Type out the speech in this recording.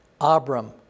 Abram